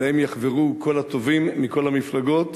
אליהם יחברו כל הטובים מכל המפלגות,